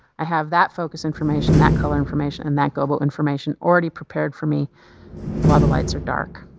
i have that focus information, that color information, and that gobo information already prepared for me while the lights are dark.